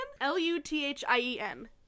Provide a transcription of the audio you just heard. L-U-T-H-I-E-N